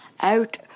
out